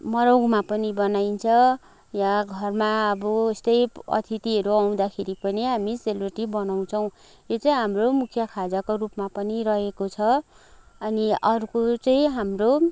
मराउमा पनि बनाइन्छ या घरमा अब यस्तै अतिथिहरू आउँदाखेरि पनि हामी सेलरोटी बनाउँछौँ यो चाहिँ हाम्रो मुख्य खाजाको रूपमा पनि रहेको छ अनि अर्को चाहिँ हाम्रो